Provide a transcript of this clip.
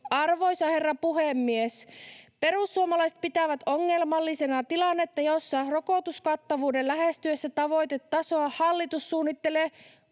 Arvoisa herra puhemies! Perussuomalaiset pitävät ongelmallisena tilannetta, jossa rokotuskattavuuden lähestyessä tavoitetasoa hallitus suunnittelee